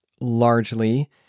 largely